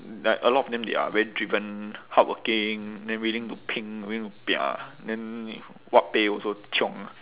like a lot of them they are very driven hardworking then willing to 拼 willing to pia then what pay also chiong